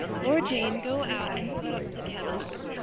flora jane, go out and put the kettle on.